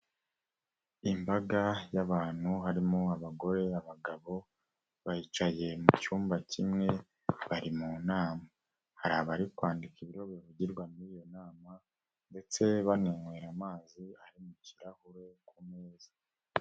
Imbaga y'abantu harimo abagore, abagabo bicaye mu cyumba kimwe bari mu nama, hari abari kwandika ibiro bavugirwa muri iyo nama ndetse baninywera amazi ari mu kirahure ku meza.